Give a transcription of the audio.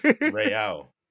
Real